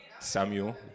Samuel